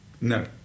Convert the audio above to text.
No